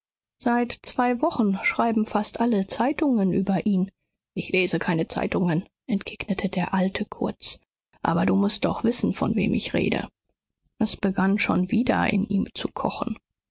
seit zwei wochen schreiben fast alle zeitungen über ihn ich lese keine zeitungen entgegnete der alte kurz aber du mußt doch wissen von wem ich rede es begann schon wieder in ihm zu kochen